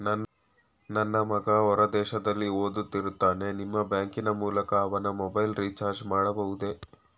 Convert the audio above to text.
ನನ್ನ ಮಗ ಹೊರ ದೇಶದಲ್ಲಿ ಓದುತ್ತಿರುತ್ತಾನೆ ನಿಮ್ಮ ಬ್ಯಾಂಕಿನ ಮೂಲಕ ಅವನ ಮೊಬೈಲ್ ರಿಚಾರ್ಜ್ ಮಾಡಬಹುದೇ?